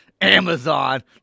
Amazon